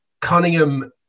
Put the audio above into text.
Cunningham